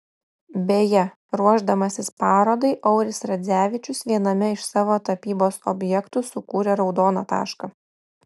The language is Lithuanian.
beje ruošdamasis parodai auris radzevičius viename iš savo tapybos objektų sukūrė raudoną tašką